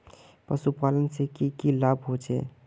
पशुपालन से की की लाभ होचे?